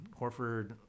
Horford